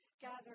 gather